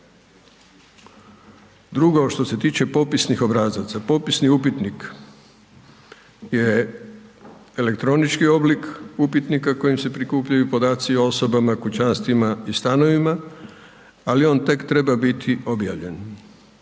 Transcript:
Drugo što se tiče popisnih obrazaca, popisni upitnik je elektronični oblik upitnika kojim se prikupljuju podaci o osobama, kućanstvima i stanovima, ali on tek treba biti objavljen.